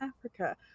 africa